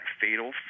fatal